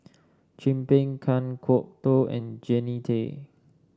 Chin Peng Kan Kwok Toh and Jannie Tay